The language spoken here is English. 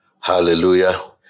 Hallelujah